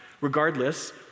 Regardless